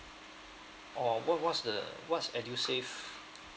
or what what's the what's edusave